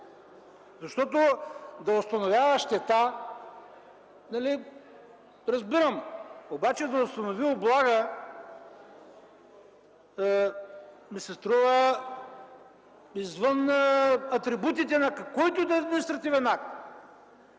Защото да установява щета, разбирам. Обаче да установи облага ми се струва извън атрибутите на който и да е административен акт.